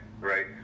right